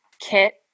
kit